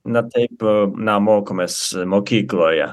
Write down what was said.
na taip na mokomės mokykloje